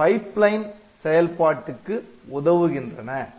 pipeline pipeline குழாய் தொடர் செயல்பாட்டுக்கு உதவுகின்றன